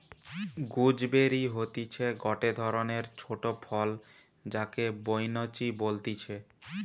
gooseberry হতিছে গটে ধরণের ছোট ফল যাকে বৈনচি বলতিছে